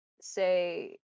say